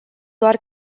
doar